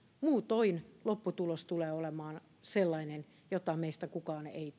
muutoin lopputulos tulee olemaan sellainen jota meistä kukaan ei